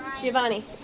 Giovanni